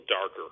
darker